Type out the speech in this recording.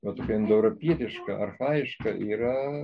va tokia indoeuropietiška archajiška yra